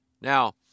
Now